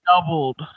doubled